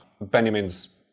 Benjamin's